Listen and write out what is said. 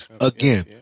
again